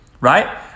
right